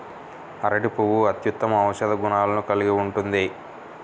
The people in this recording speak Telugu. అరటి పువ్వు అత్యుత్తమ ఔషధ గుణాలను కలిగి ఉంటుంది